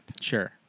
Sure